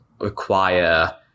require